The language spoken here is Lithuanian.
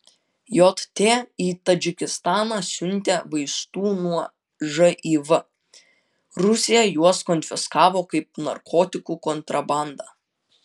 jt į tadžikistaną siuntė vaistų nuo živ rusija juos konfiskavo kaip narkotikų kontrabandą